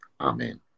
Amen